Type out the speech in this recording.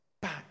back